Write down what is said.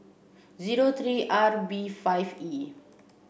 zero three R B five E